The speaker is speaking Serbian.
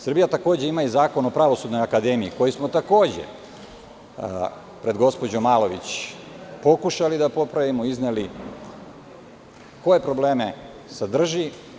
Srbija, takođe, ima i Zakon o Pravosudnoj akademiji, koji smo takođe pred gospođom Malović pokušali da popravimo, izneli koje probleme sadrži.